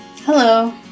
Hello